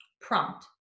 prompt